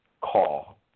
call